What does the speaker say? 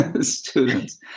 students